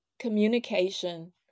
Communication